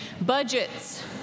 Budgets